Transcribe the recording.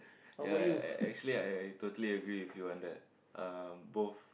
ya I actually I totally agree with you on that uh both